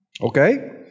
Okay